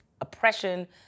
oppression